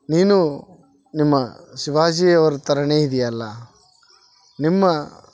ನೀನು ನಿಮ್ಮ ಶಿವಾಜಿಯವ್ರ ಥರನೇ ಇದೀಯಲ್ಲ ನಿಮ್ಮ